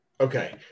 Okay